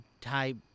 type